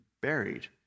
buried